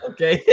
Okay